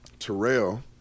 Terrell